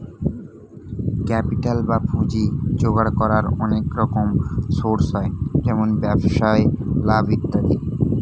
capital বা পুঁজি জোগাড় করার অনেক রকম সোর্স হয়, যেমন ব্যবসায় লাভ ইত্যাদি